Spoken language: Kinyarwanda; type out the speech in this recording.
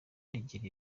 rigira